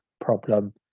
problem